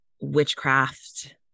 witchcraft